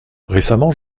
récemment